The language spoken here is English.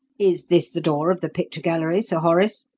is this the door of the picture-gallery, sir horace?